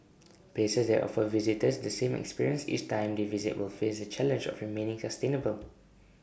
places that offer visitors the same experience each time they visit will face the challenge of remaining sustainable